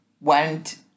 went